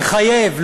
לחייב,